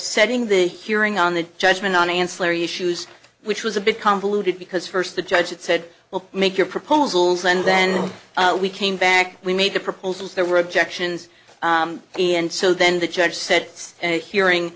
setting the hearing on the judgment on ancillary issues which was a bit convoluted because first the judge said we'll make your proposals and then we came back we made the proposals there were objections and so then the judge said yes and hearing